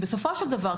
בסופו של דבר,